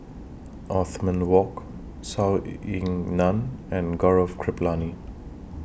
Othman Wok Zhou Ying NAN and Gaurav Kripalani